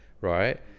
right